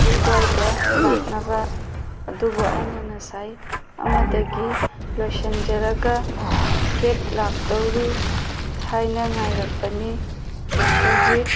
ꯑꯗ꯭ꯋꯥꯏꯗ ꯂꯥꯛꯅꯕ ꯑꯗꯨꯕꯨ ꯑꯩꯅ ꯉꯁꯥꯏ ꯑꯃꯗꯒꯤ ꯂꯣꯏꯁꯤꯟꯖꯔꯒ ꯀꯦꯕ ꯂꯥꯛꯇꯧꯔꯦ ꯍꯥꯏꯅ ꯉꯥꯏꯔꯛꯄꯅꯤ ꯍꯧꯖꯤꯛ